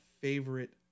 favorite